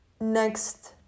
next